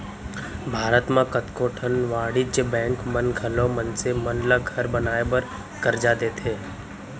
भारत म कतको ठन वाणिज्य बेंक मन घलौ मनसे मन ल घर बनाए बर करजा देथे